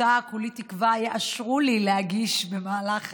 וכולי תקווה שיאשרו לי להגיש אותה במהלך